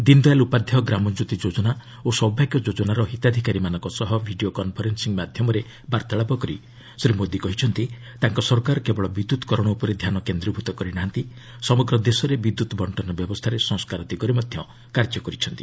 ଦୀନ୍ ଦୟାଲ୍ ଉପାଧ୍ୟାୟ ଗ୍ରାମଜ୍ୟୋତି ଯୋଜନା ଓ ସୌଭାଗ୍ୟ ଯୋଜନାର ହିତାଧିକାରୀମାନଙ୍କ ସହ ଭିଡିଓ କନ୍ଫରେନ୍ସିଂ ମାଧ୍ୟମରେ ବାର୍ଭାଳାପ କରି ଶ୍ରୀ ମୋଦି କହିଛନ୍ତି ତାଙ୍କ ସରକାର କେବଳ ବିଦ୍ୟୁତ୍କରଣ ଉପରେ ଧ୍ୟାନ କେନ୍ଦ୍ରୀଭୂତ କରି ନାହାନ୍ତି ସମଗ୍ର ଦେଶରେ ବିଦ୍ୟୁତ୍ ବଣ୍ଟନ ବ୍ୟବସ୍ଥାରେ ସଂସ୍କାର ଦିଗରେ ମଧ୍ୟ କାର୍ଯ୍ୟ କରିଛନ୍ତି